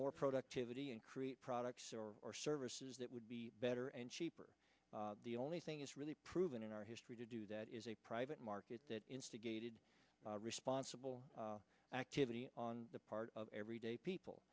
more productivity and create products or services that would be better and cheaper the only thing is really proven in our history to do that is a private market that instigated responsible activity on the part of everyday people